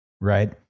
right